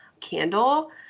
candle